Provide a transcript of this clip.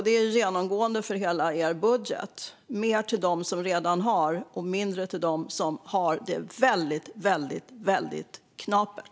Det är genomgående för hela regeringens budget. Det blir mer till dem som redan har och mindre till dem som har det väldigt, väldigt knapert.